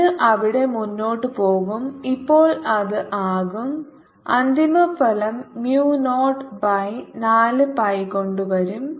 ഇത് അവിടെ മുന്നോട്ട് പോകും ഇപ്പോൾ അത് ആകും അന്തിമഫലം mu നോട്ട് ബൈ 4 pi കൊണ്ട് വരും